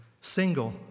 single